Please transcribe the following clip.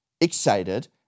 excited